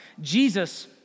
Jesus